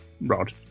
rod